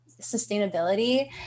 sustainability